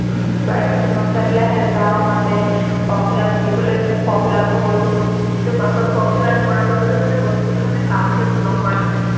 বাৰে প্ৰতি পঞ্চায়তলৈ আহে যাওঁ মাতে ফৰ্ম ফিল আপ কৰিবলৈ যাওঁ ফৰ্ম ফিল আপো কৰোঁ কিন্তু পাছত ফৰ্ম ফিল আপ কৰাৰ পাছতো মানে বস্তুটো মানে কামটো একো নহয় মানে